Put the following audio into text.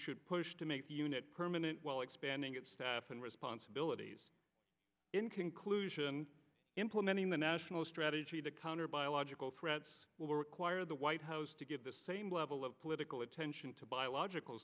should push to make the unit permanent while expanding its staff and responsibilities in conclusion implementing the national strategy to counter biological threats will require the white house to give the same level of political attention to biological